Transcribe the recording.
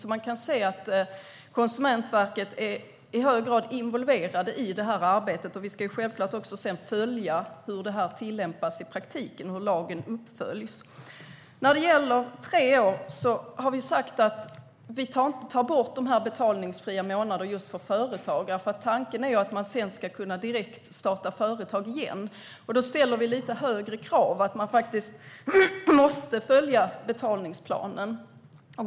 Vi kan se att Konsumentverket i hög grad är involverat i arbetet. Sedan ska vi självfallet följa hur det tillämpas i praktiken och hur lagen uppföljs. När det gäller tre år har vi sagt att vi tar bort de betalningsfria månaderna just för företagare. Tanken är ju att man sedan ska kunna starta företag direkt igen. Då ställer vi lite högre krav på att man faktiskt måste följa betalningsplanen.